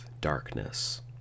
darkness